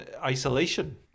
isolation